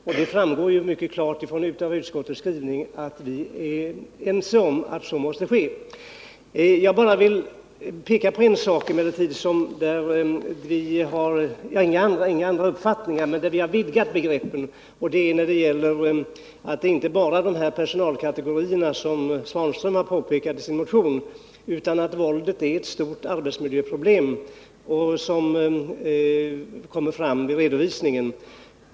Det framgår mycket klart av utskottets skrivning att vi är ense om detta. Detta våld berör emellertid inte bara de personalkategorier som Ivan Svanström har pekat på i sin motion, utan våldet är ett stort arbetsmiljöproblem, vilket framgår av utskottets redovisning.